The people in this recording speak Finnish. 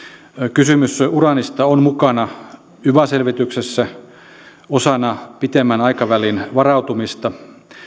kysymys uraanista on mukana yva selvityksessä osana pitemmän aikavälin varautumista